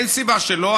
אין סיבה שלא.